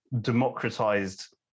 democratized